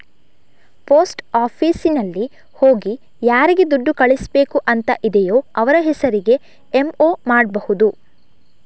post ಆಫೀಸಿನಲ್ಲಿ ಹೋಗಿ ಯಾರಿಗೆ ದುಡ್ಡು ಕಳಿಸ್ಬೇಕು ಅಂತ ಇದೆಯೋ ಅವ್ರ ಹೆಸರಿಗೆ ಎಂ.ಒ ಮಾಡ್ಬಹುದು